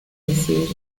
decir